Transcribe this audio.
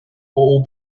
all